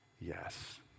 yes